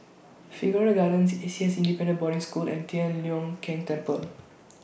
Figaro Gardens A C S Independent Boarding School and Tian Leong Keng Temple